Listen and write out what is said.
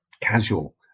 casual